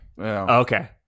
Okay